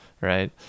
right